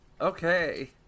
Okay